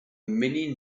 mini